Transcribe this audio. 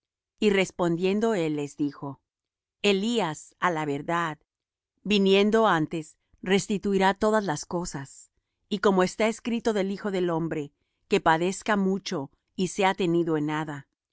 y respondiendo él les dijo elías á la verdad viniendo antes restituirá todas las cosas y como está escrito del hijo del hombre que padezca mucho y sea tenido en nada